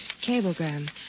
Cablegram